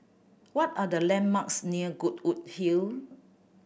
what are the landmarks near Goodwood Hill